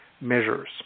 measures